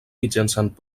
mitjançant